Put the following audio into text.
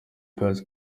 pius